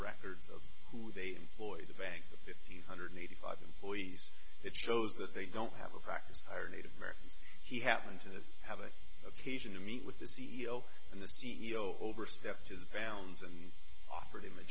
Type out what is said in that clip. records of who they employed the bank the fifteen hundred eighty five employees that shows that they don't have a practice hire native americans he happened to have an occasion to meet with the c e o and the c e o overstepped his bounds and offered him a